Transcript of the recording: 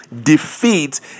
defeat